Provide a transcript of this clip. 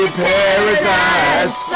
paradise